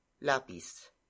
lapis